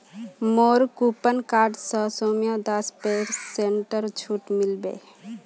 मोर coupon code स सौम्यक दस पेरसेंटेर छूट मिल बे